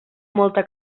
molta